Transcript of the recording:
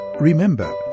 Remember